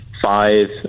five